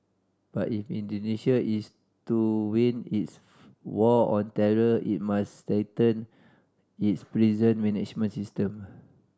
but if Indonesia is to win its war on terror it must strengthen its prison management system